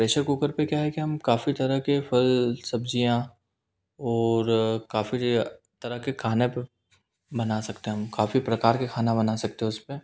तो pressure cooker पे क्या है कि हम काफ़ी चढ़ा के फल सब्जियाँ और काफ़ी या तरह के खाने बना सकते है हम काफ़ी प्रकार के खाना बना सकते है उसपे